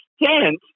extent